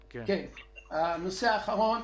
כן, זה הנושא האחרון.